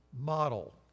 model